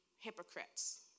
hypocrites